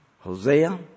Hosea